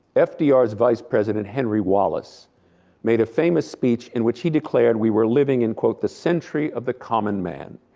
fdr's vice president henry wallace made a famous speech in which he declared we were living in quote the century of the common man.